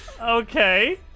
Okay